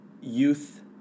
youth